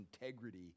integrity